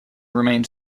remained